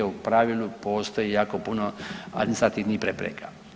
U pravilu postoji jako puno administrativnih prepreka.